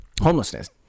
Homelessness